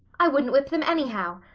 i wouldn't whip them anyhow.